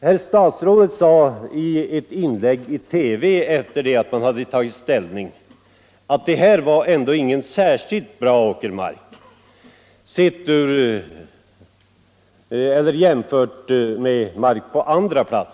Herr statsrådet sade i ett inlägg i TV efter det att han tagit ställning, att det här var ändå ingen särskilt bra åkermark jämfört med mark på andra håll.